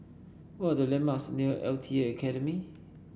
what are the landmarks near L T A Academy